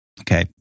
okay